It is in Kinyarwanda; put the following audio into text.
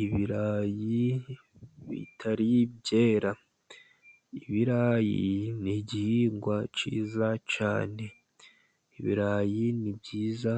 Ibirayi bitari byera. Ibirayi ni igihingwa cyiza cyane, ibirayi ni byiza